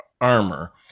armor